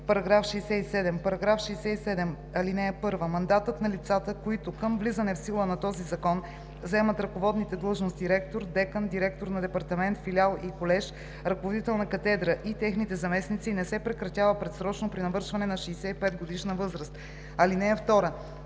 създаде § 67: „§ 67. (1) Мандатът на лицата, които към влизане в сила на този закон заемат ръководните длъжности ректор, декан, директор на департамент, филиал и колеж, ръководител на катедра и техните заместници не се прекратява предсрочно при навършване на 65-годишна възраст. (2)